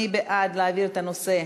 מי בעד להעביר את הנושא?